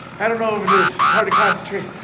i don't know what it is, it's hard to concentrate,